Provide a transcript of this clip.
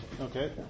Okay